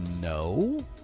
No